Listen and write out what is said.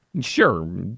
Sure